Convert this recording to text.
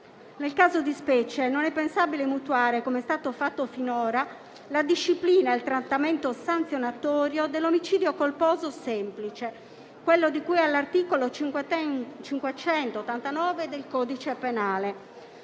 Nel caso di specie, non è pensabile mutuare, come è stato fatto finora, la disciplina e il trattamento sanzionatorio dell'omicidio colposo semplice, quello di cui all'articolo 589 del codice penale,